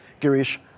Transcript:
Girish